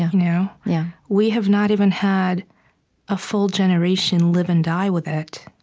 you know yeah we have not even had a full generation live and die with it.